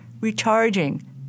recharging